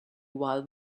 while